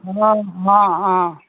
অঁ অঁ